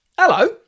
Hello